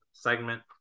segment